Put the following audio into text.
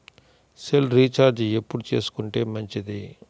Cell recharge ఎప్పుడు చేసుకొంటే మంచిది?